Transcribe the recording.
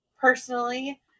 personally